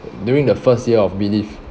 during the first year of B div